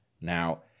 Now